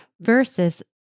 versus